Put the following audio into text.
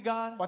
God